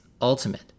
ultimate